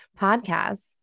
Podcasts